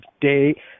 day